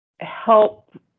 help